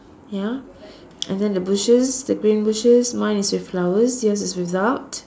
ya and then the bushes the green bushes mine is with flowers yours is without